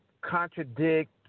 contradict